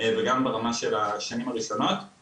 וגם מהרמה של השנים הראשונות.